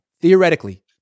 Theoretically